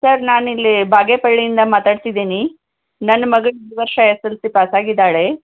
sir ನಾನಿಲ್ಲಿ ಬಾಗೇಪಳ್ಳಿಯಿಂದ ಮಾತಾಡ್ತಿದ್ದೀನಿ ನನ್ನ ಮಗಳು ಈ ವರ್ಷ ಎಸ್ ಎಸ್ ಎಲ್ ಸಿ ಪಾಸಾಗಿದ್ದಾಳೆ